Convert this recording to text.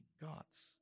gods